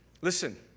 Listen